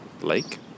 lake